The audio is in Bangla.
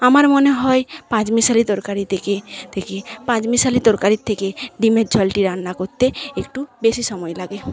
আমার মনে হয় পাঁচমিশালি তরকারি থেকে থেকে পাঁচমিশালি তরকারির থেকে ডিমের ঝোলটি রান্না করতে একটু বেশী সময় লাগে